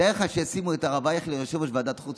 תאר לך שישימו את הרב אייכלר יושב-ראש ועדת החוץ